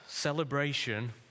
Celebration